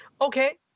Okay